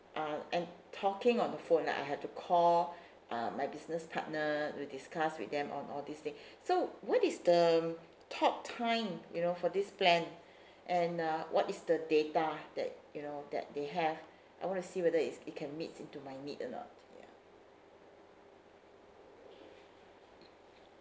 uh and talking on the phone like I had to call uh my business partner to discuss with them on all these thing so what is the talk time you know for this plan and what uh what is the data that you know that they have I want to see whether is it can meet into my need or not ya